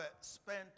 spent